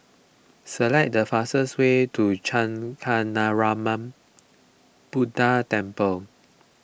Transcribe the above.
select the fastest way to Kancanarama Buddha Temple